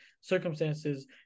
circumstances